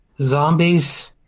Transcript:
Zombies